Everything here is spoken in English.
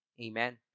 Amen